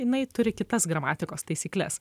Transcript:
jinai turi kitas gramatikos taisykles